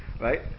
right